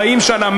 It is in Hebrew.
40 שנה,